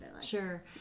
sure